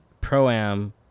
pro-am